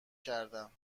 کردم